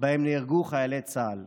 שבהם נהרגו חיילי צה"ל.